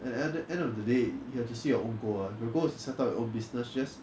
at the end end of the day you have to see your own goal ah if your goal is to set up your own business just